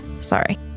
Sorry